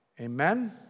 Amen